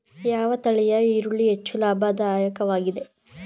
ಯಾವ ತಳಿಯ ಈರುಳ್ಳಿ ಹೆಚ್ಚು ಲಾಭದಾಯಕವಾಗಿದೆ?